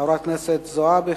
חברת הכנסת זועבי,